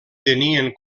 tenien